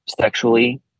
sexually